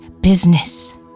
business